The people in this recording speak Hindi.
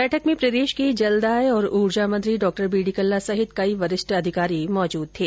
बैठक में प्रदेश के जलदाय और ऊर्जा मंत्री डॉ बी डी कल्ला सहित कई वरिष्ठ अधिकारी मौजूद थे